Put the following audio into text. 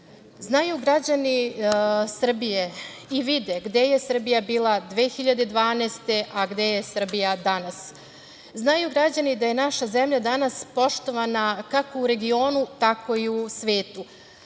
8%.Znaju građani Srbije i vide gde je Srbija bila 2012. godine, a gde je Srbija danas. Znaju građani da je naša zemlja danas poštovana kako u regionu, tako i u svetu.